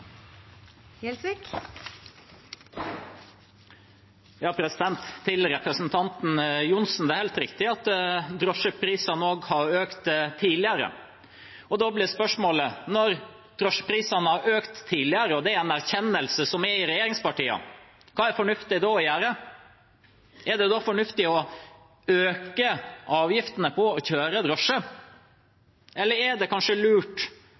helt riktig at drosjeprisene også har økt tidligere. Da blir spørsmålet: Når drosjeprisene har økt tidligere, og det er en erkjennelse hos regjeringspartiene, hva er det da fornuftig å gjøre? Er det da fornuftig å øke avgiftene på å kjøre drosje? Eller er det kanskje lurt